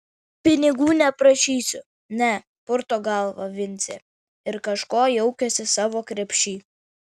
pinigų neprašysiu ne purto galvą vincė ir kažko jaukiasi savo krepšy